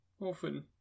often